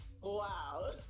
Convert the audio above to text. wow